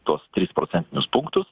tuos tris procentinius punktus